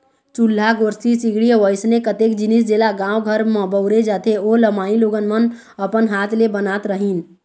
चूल्हा, गोरसी, सिगड़ी अउ अइसने कतेक जिनिस जेला गाँव घर म बउरे जाथे ओ ल माईलोगन मन अपन हात ले बनात रहिन